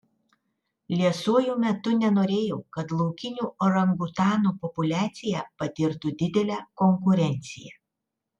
liesuoju metu nenorėjau kad laukinių orangutanų populiacija patirtų didelę konkurenciją